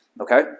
Okay